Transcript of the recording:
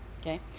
okay